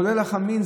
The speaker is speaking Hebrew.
כולל החמין,